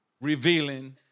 revealing